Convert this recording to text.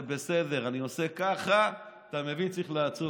אם אני עושה ככה זה בסדר ואם אני עושה ככה אתה מבין שצריך לעצור.